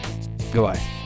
Goodbye